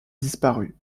disparu